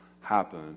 happen